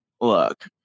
look